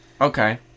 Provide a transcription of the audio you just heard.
Okay